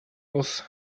was